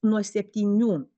nuo septynių